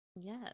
Yes